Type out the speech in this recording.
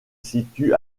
situe